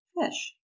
Fish